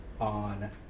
on